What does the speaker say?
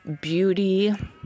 beauty